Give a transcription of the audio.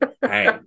Hey